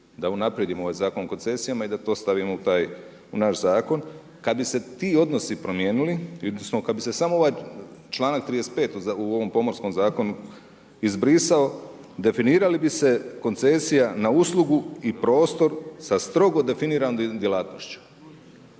da unaprijedimo ovaj Zakon o koncesijama i da to stavimo u taj naš zakon. Kad bi se ti odnosi promijenili, odnosno kad bi se samo ovaj članak 35. u ovom Pomorskom zakonu izbrisao definirali bi se koncesija na uslugu i prostor sa strogo definiranom djelatnošću,